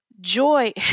joy